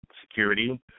Security